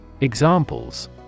Examples